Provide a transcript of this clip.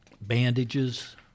bandages